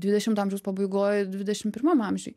dvidešimto amžiaus pabaigoj dvidešim pirmam amžiuj